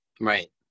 Right